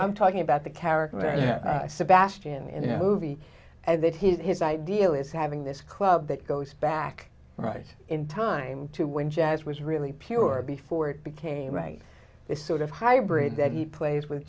i'm talking about the character sebastian in a movie and that his idea is having this club that goes back right in time to when jazz was really pure before it became right the sort of hybrid that he plays with